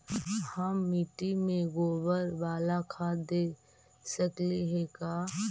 हम मिट्टी में गोबर बाला खाद दे सकली हे का?